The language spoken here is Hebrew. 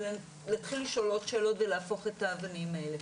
להתחיל לשאול עוד שאלות ולהפוך את האבנים האלה.